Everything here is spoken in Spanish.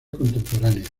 contemporánea